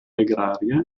agraria